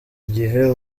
igihe